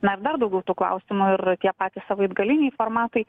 na ir dar daugiau tų klausimų ir tie patys savaitgaliniai formatai